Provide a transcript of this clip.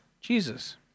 Jesus